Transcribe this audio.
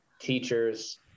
teachers